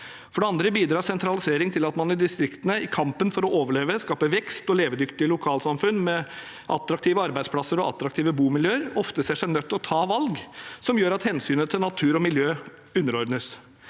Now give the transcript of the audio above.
For det andre bidrar sentralisering til at man i distriktene i kampen for å overleve – skape vekst og levedyktige lokalsamfunn med attraktive arbeidsplasser og attraktive bomiljøer – ofte ser seg nødt til å ta valg som gjør at hensynet til natur og miljø underordnes.